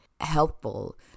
helpful